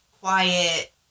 quiet